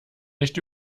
nicht